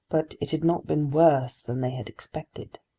but it had not been worse than they had expected.